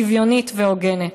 שוויונית והוגנת.